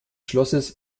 schlosses